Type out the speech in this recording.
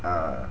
uh